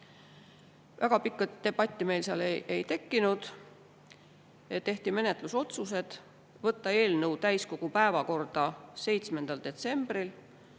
Väga pikka debatti meil ei tekkinud. Tehti menetlusotsused: võtta eelnõu täiskogu päevakorda 7. detsembril,